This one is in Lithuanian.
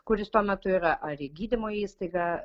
kur jis tuo metu yra ar į gydymo įstaigą